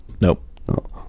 nope